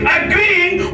agreeing